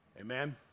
Amen